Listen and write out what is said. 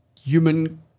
human